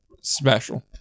special